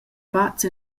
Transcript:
fatgs